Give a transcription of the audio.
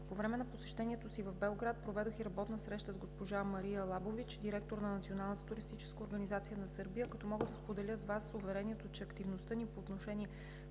По време на посещението си в Белград проведох и работна среща с госпожа Мария Лабович – директор на Националната туристическа организация на Сърбия, като мога да споделя с Вас уверението, че активността ни по отношение